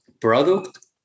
product